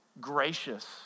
gracious